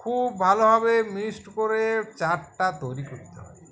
খুব ভালোভাবে মিক্সড করে চারটা তৈরি করতে হবে